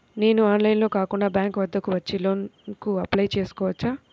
నేను ఆన్లైన్లో కాకుండా బ్యాంక్ వద్దకు వచ్చి లోన్ కు అప్లై చేసుకోవచ్చా?